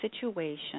situation